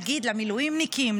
נגיד למילואימניקים,